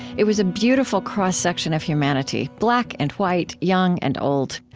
it was a beautiful cross-section of humanity, black and white, young and old.